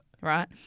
right